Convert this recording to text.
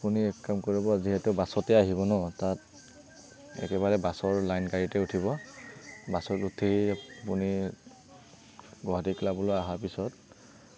আপুনি এক কাম কৰিব যিহেতু বাছতে আহিব ন তাত একেবাৰে বাছৰ লাইন গাড়ীতে উঠিব বাছত উঠি আপুনি গুৱাহাটী ক্লাবলৈ অহাৰ পিছত